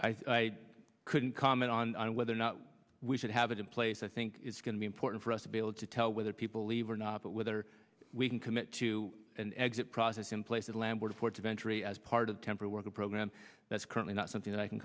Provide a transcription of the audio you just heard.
i couldn't comment on whether or not we should have it in place i think it's going to be important for us to be able to tell whether people leave or not but whether we can commit to an exit process in place of a landlord ports of entry as part of temporary worker program that's currently not something